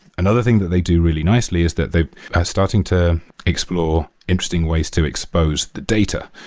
another thing that they do really nicely is that they are starting to explore interesting ways to expose the data.